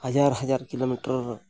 ᱦᱟᱡᱟᱨ ᱦᱟᱡᱟᱨ kilo metre